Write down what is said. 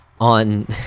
on